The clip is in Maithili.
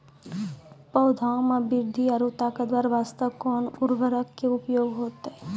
पौधा मे बृद्धि और ताकतवर बास्ते कोन उर्वरक के उपयोग होतै?